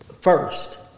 first